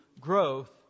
growth